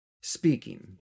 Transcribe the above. Speaking